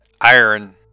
iron